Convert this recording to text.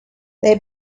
they